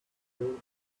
cream